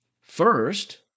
First